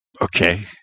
Okay